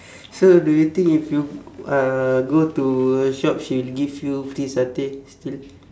so do you think if you uh go to her shop she will give you free satay still